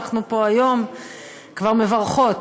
אנחנו פה היום כבר מברכות.